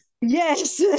yes